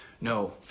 No